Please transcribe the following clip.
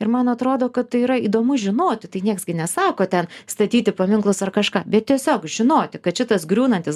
ir man atrodo kad tai yra įdomu žinoti tai nieks gi nesako ten statyti paminklus ar kažką bet tiesiog žinoti kad šitas griūnantis